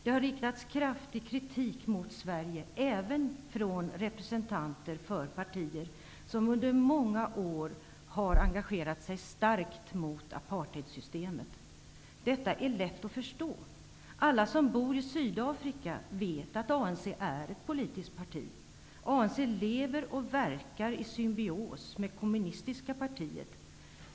Det har riktats kraftig kritik mot Sverige även från representanter för partier som under många år har engagerat sig starkt mot apartheidsystemet. Detta är lätt att förstå. Alla som bor i Sydafrika vet att ANC är ett politiskt parti. ANC lever och verkar i symbios med det kommunistiska partiet.